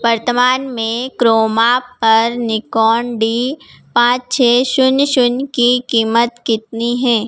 वर्तमान में क्रोमा पर निकॉन डी पाँच छः शून्य शून्य की कीमत कितनी है